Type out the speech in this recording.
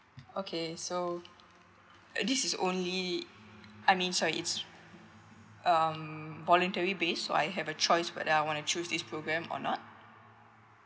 okay so uh this is only I mean sorry is um voluntary base or I have a choice whether I want choose this program or not